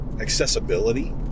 accessibility